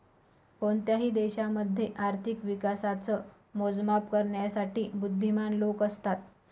कोणत्याही देशामध्ये आर्थिक विकासाच मोजमाप करण्यासाठी बुध्दीमान लोक असतात